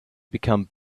become